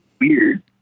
Weird